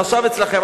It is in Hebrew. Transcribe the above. החשב אצלכם,